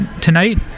tonight